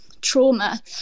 trauma